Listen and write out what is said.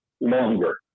longer